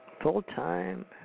Full-time